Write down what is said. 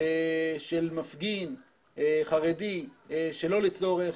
של מפגין חרדי שלא לצורך.